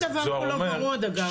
זוהר אומר --- שום דבר לא ורוד אגב.